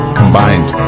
combined